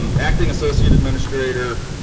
um acting associate administrator,